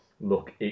look